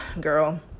Girl